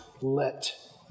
let